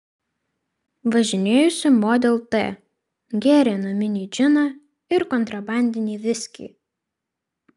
važinėjosi model t gėrė naminį džiną ir kontrabandinį viskį